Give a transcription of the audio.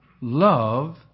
love